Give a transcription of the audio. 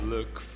Look